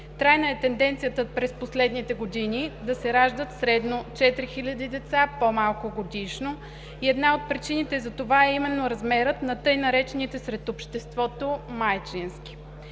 Трайна е тенденцията през последните години да се раждат средно 4 хиляди деца по-малко годишно и една от причините за това е именно размерът на тъй наречените сред обществото „майчински“.